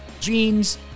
jeans